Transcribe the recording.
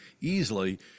easily